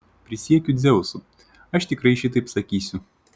prisiekiu dzeusu aš tikrai šitaip sakysiu